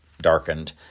darkened